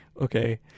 okay